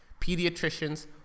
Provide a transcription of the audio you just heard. Pediatricians